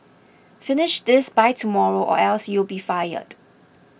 finish this by tomorrow or else you'll be fired